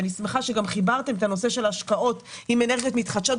אני שמחה שחיברתם את נושא ההשקעות עם אנרגיות מתחדשות,